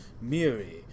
Miri